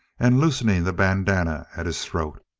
and loosening the bandanna at his throat.